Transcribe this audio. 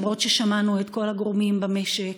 למרות ששמענו את כל הגורמים במשק,